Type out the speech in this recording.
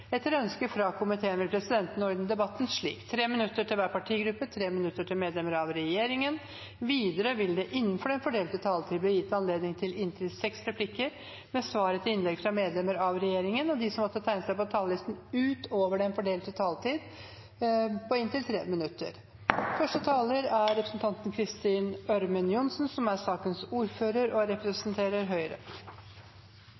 Etter ønske fra familie- og kulturkomiteen vil presidenten ordne debatten slik: 3 minutter til hver partigruppe og 3 minutter til medlemmer av regjeringen. Videre vil det innenfor den fordelte taletid bli gitt anledning til inntil seks replikker med svar etter innlegg fra medlemmer av regjeringen, og de som måtte tegne seg på talerlisten utover den fordelte taletid, får en taletid på inntil 3 minutter. Kampen mot seksuell trakassering og vold i arbeidslivet er en av de store likestillingskampene vi er